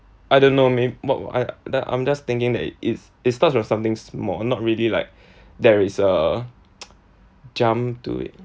I don't know may~ what I that I'm just thinking that it's it start with something small not really like there is a jump to it